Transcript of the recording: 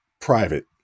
private